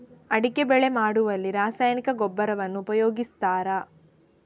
ಅಡಿಕೆ ಬೆಳೆ ಮಾಡುವಲ್ಲಿ ರಾಸಾಯನಿಕ ಗೊಬ್ಬರವನ್ನು ಉಪಯೋಗಿಸ್ತಾರ?